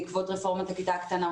בעקבות רפורמת הכיתה הקטנה,